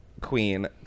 queen